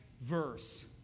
verse